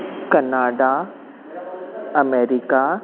Canada America